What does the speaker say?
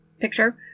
picture